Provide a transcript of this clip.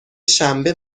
شنبه